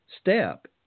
step